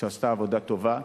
שעשתה עבודה טובה.